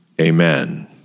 Amen